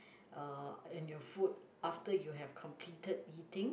uh and your food after you have completed eating